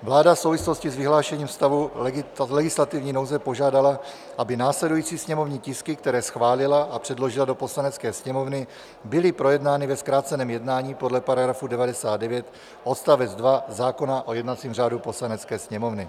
Vláda v souvislosti s vyhlášením stavu legislativní nouze požádala, aby následující sněmovní tisky, které schválila a předložila do Poslanecké sněmovny, byly projednány ve zkráceném jednání podle § 99 odst. 2 zákona o jednacím řádu Poslanecké sněmovny.